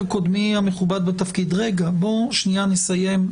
המפגש הזה מבחינתי הוא שיעורי בית.